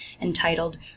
entitled